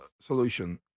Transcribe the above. solution